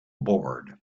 board